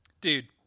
Dude